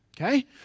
Okay